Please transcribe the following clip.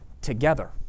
together